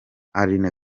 aline